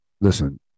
listen